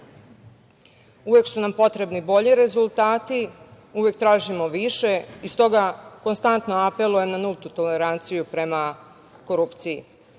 su nam potrebni bolji rezultati, uvek tražimo više i stoga konstantno apelujem na nultu toleranciju prema korupciji.